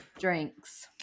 drinks